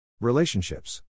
Relationships